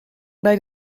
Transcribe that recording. bij